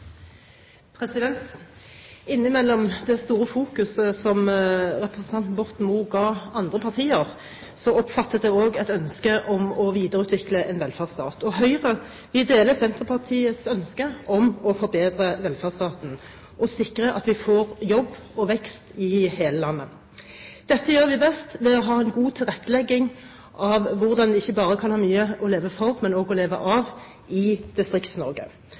Innimellom det store fokuset som representanten Borten Moe ga andre partier, oppfattet jeg også et ønske om å videreutvikle en velferdsstat. Høyre deler Senterpartiets ønske om å forbedre velferdsstaten og sikre at vi får jobb og vekst i hele landet. Dette gjør vi best ved å ha en god tilrettelegging av hvordan vi ikke bare kan ha mye å leve for, men også å leve av, i